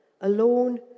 alone